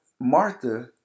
Martha